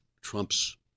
Trump's